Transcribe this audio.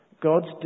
God's